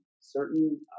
certain